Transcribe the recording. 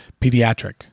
Pediatric